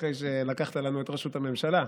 אחרי שלקחת לנו את ראשות הממשלה.